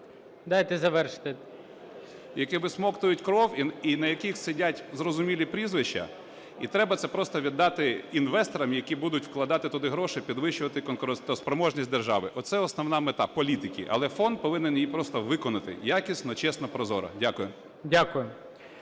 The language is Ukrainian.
Д.В. … які висмоктують кров і на яких сидять зрозумілі прізвища. І треба це просто віддати інвесторам, які будуть вкладати туди гроші, підвищувати конкурентоспроможність держави. Оце основна мета політики. Але фонд повинен її просто виконати якісно, чесно, прозоро. Дякую.